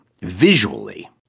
visually